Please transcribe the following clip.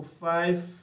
five